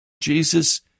Jesus